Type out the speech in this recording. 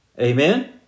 Amen